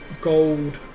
gold